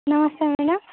ನಮಸ್ತೆ ಮೇಡಮ್